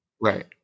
Right